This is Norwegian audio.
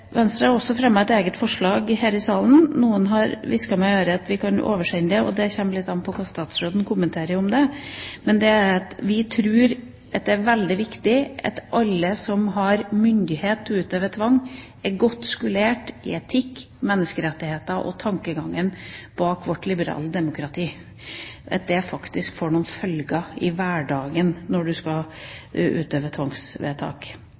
Venstre har også fremmet et eget forslag her i salen. Noen har hvisket meg i øret at vi kan oversende det. Det kommer litt an på hva statsråden kommenterer om det. Vi tror det er veldig viktig at alle som har myndighet til å utøve tvang, er godt skolert i etikk, menneskerettigheter og tankegangen bak vårt liberale demokrati – at det faktisk får noen følger i hverdagen når man skal utøve tvangsvedtak.